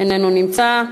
איננו נמצא.